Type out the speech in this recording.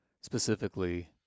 specifically